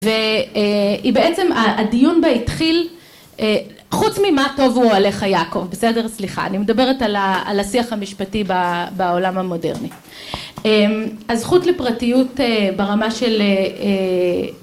והיא בעצם, הדיון בה התחיל, חוץ ממה טובו אוהליך יעקב, בסדר, סליחה, אני מדברת על השיח המשפטי בעולם המודרני. הזכות לפרטיות ברמה של